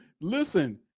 listen